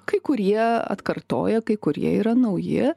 kai kurie atkartoja kai kurie yra nauji